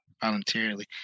voluntarily